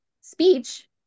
speech